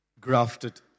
grafted